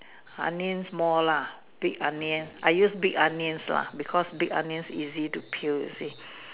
onions more lah big onions I use big onions lah because big onions easy to peel you see